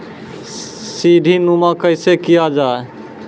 सीडीनुमा खेती कैसे किया जाय?